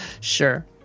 Sure